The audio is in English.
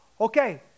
Okay